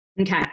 Okay